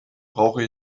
brauche